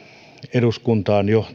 eduskuntaan jo